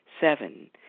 Seven